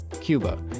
Cuba